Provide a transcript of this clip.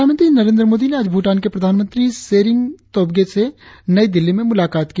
प्रधानमंत्री नरेन्द्र मोदी ने आज भूटान के प्रधानमंत्री त्शेरिंग तोब्गे से नई दिल्ली में मुलाकात की